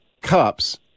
cups